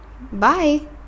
Bye